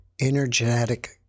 energetic